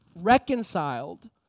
reconciled